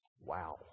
Wow